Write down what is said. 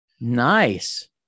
Nice